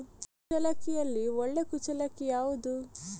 ಕುಚ್ಚಲಕ್ಕಿಯಲ್ಲಿ ಒಳ್ಳೆ ಕುಚ್ಚಲಕ್ಕಿ ಯಾವುದು?